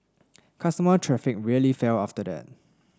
customer traffic really fell after that